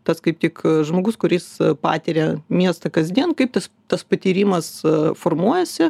tas kaip tik žmogus kuris patiria miestą kasdien kaip jis tas patyrimas formuojasi